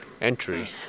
entry